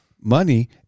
Money